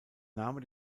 name